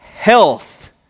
health